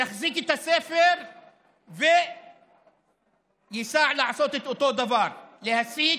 יחזיק את הספר וייסע לעשות את אותו דבר, להסית,